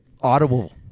Audible